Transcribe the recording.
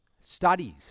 studies